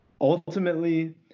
ultimately